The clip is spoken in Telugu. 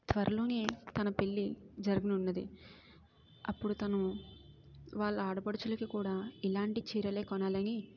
త్వరలో తన పెళ్ళి జరగనున్నది అప్పుడు తను వాళ్ళ ఆడపడుచులకు కూడా ఇలాంటి చీరలు కొనాలని